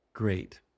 Great